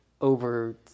over